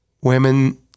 women